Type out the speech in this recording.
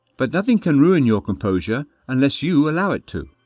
but nothing can ruin your composure unless you allow it to.